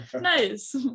Nice